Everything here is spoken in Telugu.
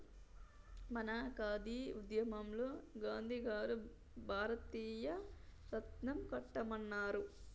మన ఖాదీ ఉద్యమంలో గాంధీ గారు భారతీయ రాట్నం కట్టమన్నారు